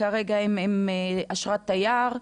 הם כרגע עם אשרת תייר,